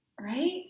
Right